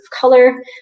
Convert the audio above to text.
color